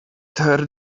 tear